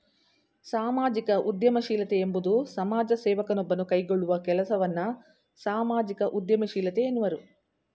ಸಾಮಾಜಿಕ ಉದ್ಯಮಶೀಲತೆ ಎಂಬುವುದು ಸಮಾಜ ಸೇವಕ ನೊಬ್ಬನು ಕೈಗೊಳ್ಳುವ ಕೆಲಸವನ್ನ ಸಾಮಾಜಿಕ ಉದ್ಯಮಶೀಲತೆ ಎನ್ನುವರು